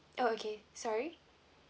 oh okay sorry